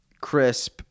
Crisp